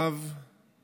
הקרב